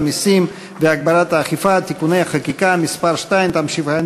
המסים והגברת האכיפה (תיקוני חקיקה) (מס' 2),